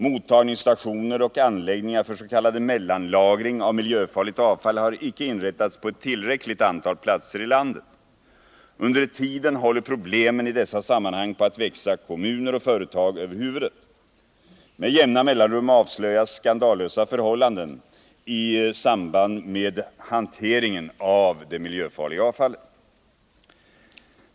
Mottagningsstationer och anläggningar för s.k. mellanlagring av miljöfarligt avfall har icke inrättats på ett tillräckligt antal platser i landet. Under tiden håller problemen i dessa sammanhang på att växa kommuner och företag över huvudet. Med jämna mellanrum avslöjas skandalösa förhållanden i samband med hanteringen av det miljöfarliga avfallet.